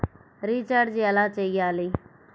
Recharge ఎలా చెయ్యాలి?